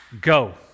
go